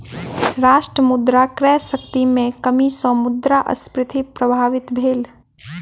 राष्ट्र मुद्रा क्रय शक्ति में कमी सॅ मुद्रास्फीति प्रभावित भेल